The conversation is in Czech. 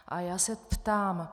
A já se ptám: